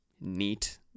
neat